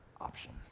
option